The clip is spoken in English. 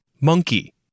Monkey